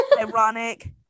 ironic